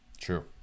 true